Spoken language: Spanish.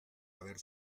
haber